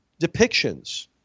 depictions